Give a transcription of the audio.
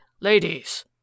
ladies